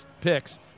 picks